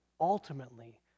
ultimately